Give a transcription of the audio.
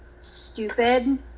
stupid